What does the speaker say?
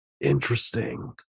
interesting